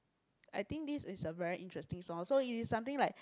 I think this is a very interesting song so it is something like